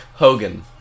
Hogan